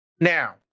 Now